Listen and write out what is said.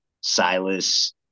Silas